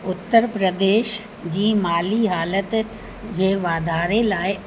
उतरप्रदेश जी माली हालति जे वाधारे लाइ